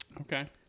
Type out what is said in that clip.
Okay